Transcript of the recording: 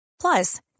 Plus